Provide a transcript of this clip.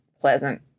pleasant